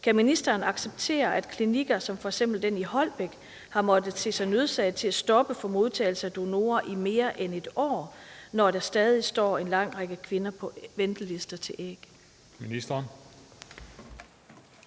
Kan ministeren acceptere, at klinikker som f.eks. den i Holbæk har måttet se sig nødsaget til at stoppe for modtagelse af donorer i mere end et år, når der stadig står en lang række kvinder på venteliste til æg?